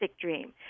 dream